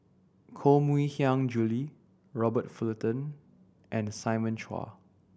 Koh Mui Hiang Julie Robert Fullerton and Simon Chua